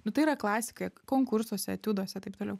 nu tai yra klasika konkursuose etiuduose taip toliau